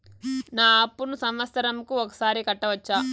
నా అప్పును సంవత్సరంకు ఒకసారి కట్టవచ్చా?